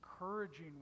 encouraging